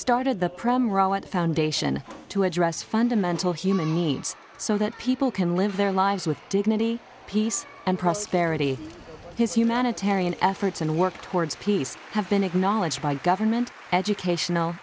at the foundation to address fundamental human needs so that people can live their lives with dignity peace and prosperity his humanitarian efforts and work towards peace have been acknowledged by government educational